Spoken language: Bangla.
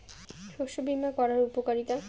শস্য বিমা করার উপকারীতা?